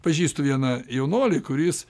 pažįstu vieną jaunuolį kuris